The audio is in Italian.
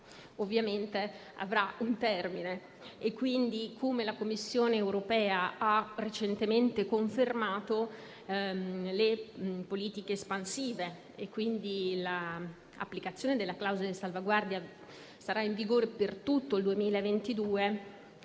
ovviamente avrà un termine e quindi, come la Commissione europea ha recentemente confermato, le politiche espansive e l'applicazione della clausola di salvaguardia saranno in vigore per tutto il 2022